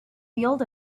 field